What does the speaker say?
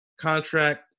contract